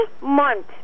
month